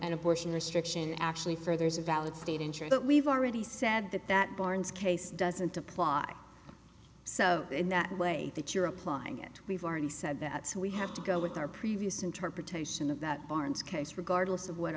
an abortion restriction actually furthers a valid state ensure that we've already said that that barnes case doesn't apply so in that way that you're applying it we've already said that so we have to go with our previous interpretation of that barnes case regardless of what